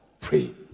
Pray